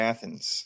Athens